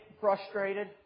frustrated